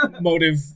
motive